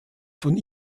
von